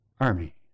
army